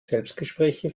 selbstgespräche